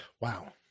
wow